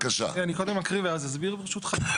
כן, אני קודם אקריא ואז אסביר, ברשותך.